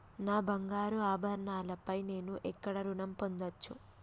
నా బంగారు ఆభరణాలపై నేను ఎక్కడ రుణం పొందచ్చు?